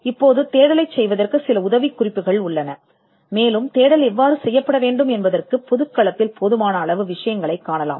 இப்போது தேடலுக்கான சில உதவிக்குறிப்புகள் உள்ளன ஆனால் தேடல் எவ்வாறு செய்யப்பட வேண்டும் என்பதில் பொது களத்தில் போதுமான அளவு பொருட்களைக் காணலாம்